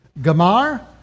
Gamar